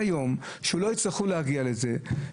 כשלא יצטרכו להגיע לבית המשפט,